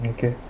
Okay